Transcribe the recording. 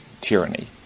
tyranny